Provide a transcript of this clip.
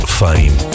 fame